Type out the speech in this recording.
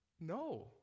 No